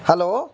hello